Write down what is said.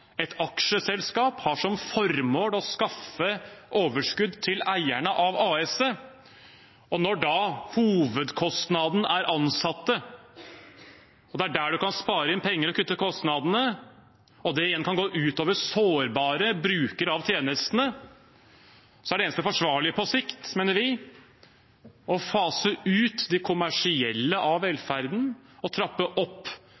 et aksjeselskap har som formål å skaffe overskudd til eierne av aksjeselskapet. Når hovedkostnaden er ansatte – og det er der man kan spare inn penger og kutte i kostnadene, som igjen kan gå ut over sårbare brukere av tjenestene – er det eneste forsvarlige på sikt, mener vi, å fase ut de kommersielle av velferden og trappe opp